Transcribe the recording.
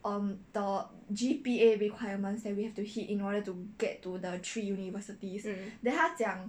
um the G_P_A requirements that we have to hit in order to get to the three universities then 他讲